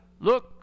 look